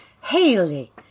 Haley